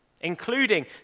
including